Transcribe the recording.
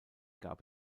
gab